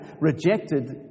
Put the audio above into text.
rejected